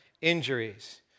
injuries